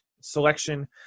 selection